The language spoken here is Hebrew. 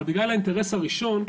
אבל בגלל האינטרס הראשון,